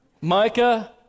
Micah